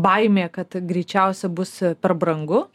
baimė kad greičiausia bus per brangu